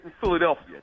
Philadelphia